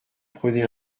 prenez